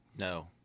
no